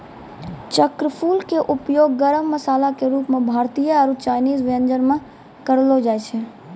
चक्रफूल के उपयोग गरम मसाला के रूप मॅ भारतीय आरो चायनीज व्यंजन म करलो जाय छै